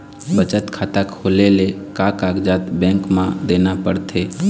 बचत खाता खोले ले का कागजात बैंक म देना पड़थे?